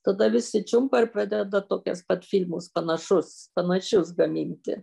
tada visi čiumpa ir pradeda tokias pat filmus panašus panašius gaminti